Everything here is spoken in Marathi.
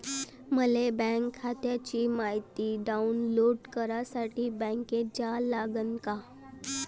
मले बँक खात्याची मायती डाऊनलोड करासाठी बँकेत जा लागन का?